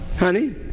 Honey